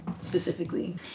specifically